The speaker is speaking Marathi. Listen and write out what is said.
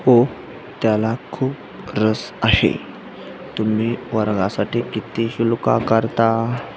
हो त्याला खूप रस आहे तुम्ही वर्गासाठी किती शुल्क आकारता